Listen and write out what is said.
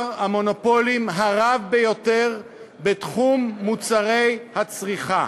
המונופולים הרב ביותר בתחום מוצרי הצריכה.